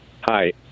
Hi